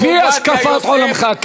לפי השקפת עולמך.